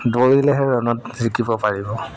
দৌৰিলেহে ৰণত জিকিব পাৰিব